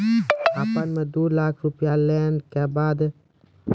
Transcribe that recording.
आपन ने दू लाख रुपिया लेने के बाद किस्त के बात बतायी?